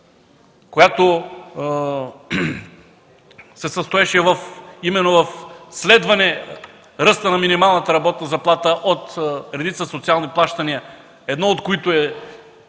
която се състоеше именно в следване ръста на минималната работна заплата от редица социални плащания, едно от които са